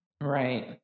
Right